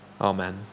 Amen